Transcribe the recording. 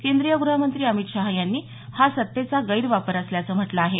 केंद्रीय गृहमंत्री अमित शहा यांनी हा सत्तेचा गैरवापर असल्याचं म्हटलं आहे